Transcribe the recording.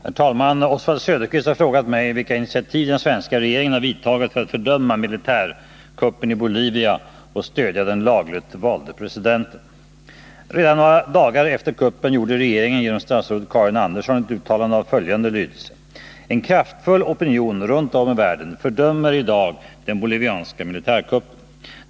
Herr talman! Oswald Söderqvist har frågat mig vilka initiativ den svenska regeringen har vidtagit för att fördöma militärkuppen i Bolivia och stödja den lagligt valde presidenten. Redan några dagar efter kuppen gjorde regeringen genom statsrådet Karin Andersson ett uttalande av följande lydelse: ”En kraftfull opinion runt om i världen fördömer i dag den bolivianska militärkuppen.